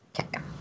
Okay